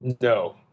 No